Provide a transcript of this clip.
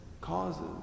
causes